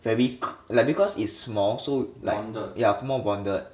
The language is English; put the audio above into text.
very k~ like because it's small so like yeah more bonded